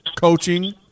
coaching